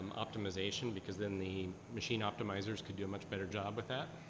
optimization? because then the machine optimizers could do a much better job at that?